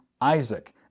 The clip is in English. Isaac